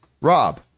Rob